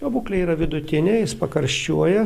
jo būklė yra vidutinė jis pakarščiuoja